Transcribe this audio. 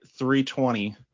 320